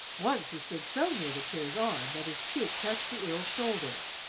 once he stood so near the chair's arm that his cheek touched the earl's shoulder,